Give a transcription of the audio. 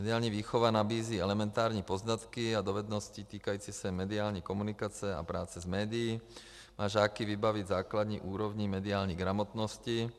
Mediální výchova nabízí elementární poznatky a dovednosti týkající se mediální komunikace a práce s médií a žáky vybaví základní úrovní mediální gramotnosti.